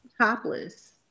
topless